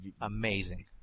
amazing